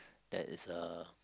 that is a